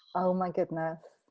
oh my goodness.